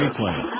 replay